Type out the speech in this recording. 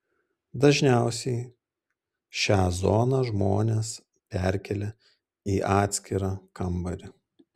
dažniausiai šią zoną žmonės perkelia į atskirą kambarį